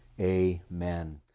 Amen